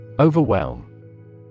Overwhelm